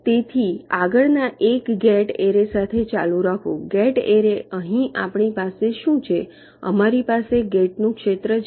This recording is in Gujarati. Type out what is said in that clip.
તેથી આગળના એક ગેટ એરે સાથે ચાલુ રાખવું ગેટ એરે અહીં આપણી પાસે શું છે અમારી પાસે ગેટ નું ક્ષેત્ર છે